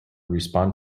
respond